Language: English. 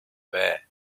air